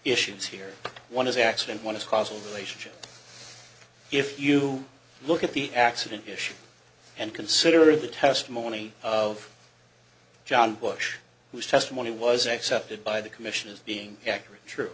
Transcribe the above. issues here one is accident one of the causal relationship if you look at the accident issue and consider the testimony of john bush whose testimony was accepted by the commission as being accurate true